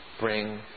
bring